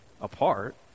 apart